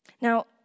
Now